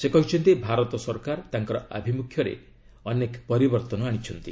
ସେ କହିଛନ୍ତି ଭାରତ ସରକାର ତାଙ୍କର ଆଭିମ୍ରଖ୍ୟରେ ପରିବର୍ତ୍ତନ ଆଶିଛନ୍ତି